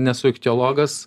nesu ichtiologas